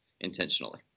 intentionally